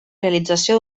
realització